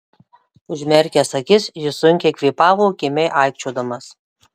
užmerkęs akis jis sunkiai kvėpavo kimiai aikčiodamas